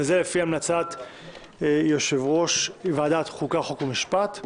וזה לפי המלצת יושב-ראש ועדת החוקה, חוק ומשפט.